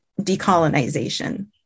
decolonization